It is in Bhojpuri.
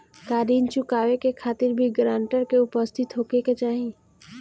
का ऋण चुकावे के खातिर भी ग्रानटर के उपस्थित होखे के चाही?